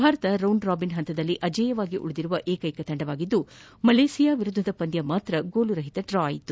ಭಾರತ ತಂಡ ರೌಂಡ್ರಾಬಿನ್ ಪಂತದಲ್ಲಿ ಅಜೇಯವಾಗಿ ಉಳಿದಿರುವ ಏಕೈಕ ತಂಡವಾಗಿದ್ದು ಮಲೇಷಿಯಾ ವಿರುದ್ದದ ಪಂದ್ಯ ಮಾತ್ರ ಗೋಲುರಹಿತ ಡ್ರಾ ಆಗಿತ್ತು